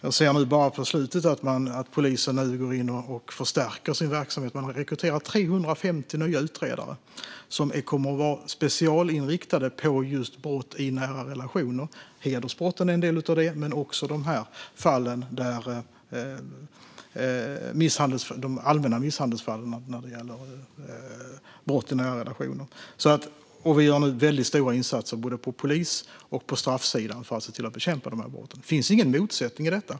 Jag ser bara nu på slutet att polisen förstärker sin verksamhet. Man har rekryterat 350 nya utredare, som kommer att vara specialinriktade på just brott i nära relationer. Hedersbrotten är en del av detta, men också de allmänna misshandelsfall som sker i nära relationer. Vi gör nu väldigt stora insatser på både polis och straffsidan för att se till att bekämpa dessa brott. Det finns ingen motsättning i detta.